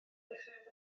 ddechreuodd